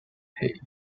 hey